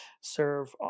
serve